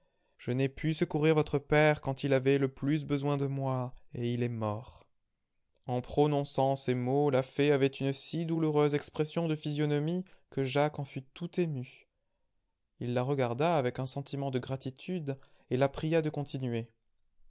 je n'ai pu secourir votre père quand il avait le plus besoin de moi et il est mort en prononçant ces mots la fée avait une si douloureuse expression de physionomie que jacques en fut tout ému il la regarda avec un sentiment de gratitude et la pria de continuer